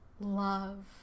love